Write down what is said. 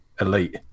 elite